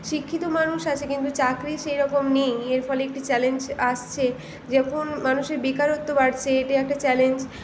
শিক্ষিত মানুষ আছে কিন্তু চাকরি সেইরকম নেই এর ফলে একটি চ্যালেঞ্জ আসছে মানুষের বেকারত্ব বাড়ছে এটিও একটা চ্যালেঞ্জ